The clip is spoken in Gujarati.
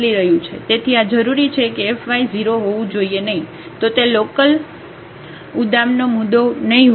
તેથી આ જરૂરી છે કે fy0 હોવું જોઈએ નહીં તો તે લોકલઉદ્દામનો મુદ્દો નહીં હોય